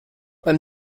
beim